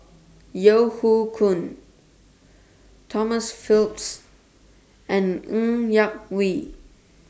Yeo Hoe Koon Tom Phillips and Ng Yak Whee